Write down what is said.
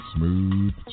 Smooth